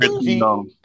No